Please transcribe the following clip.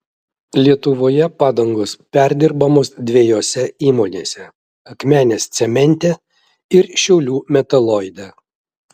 lietuvoje padangos perdirbamos dviejose įmonėse akmenės cemente ir šiaulių metaloide